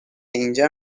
اینجا